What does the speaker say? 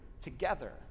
together